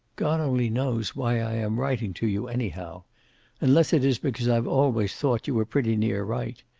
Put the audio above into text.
god only knows why i am writing to you, anyhow unless it is because i've always thought you were pretty near right.